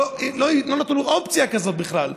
לא נתנו לו אופציה כזאת בכלל.